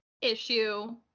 issue